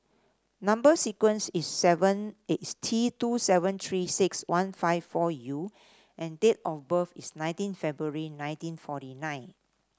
number sequence is seven is T two seven Three six one five four U and date of birth is nineteen February nineteen forty nine